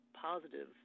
positive